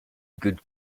good